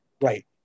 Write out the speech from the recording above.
Right